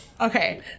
Okay